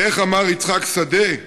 כי איך אמר יצחק שדה?